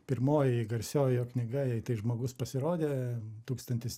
pirmoji garsioji jo knyga jei tai žmogus pasirodė tūkstantis